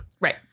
Right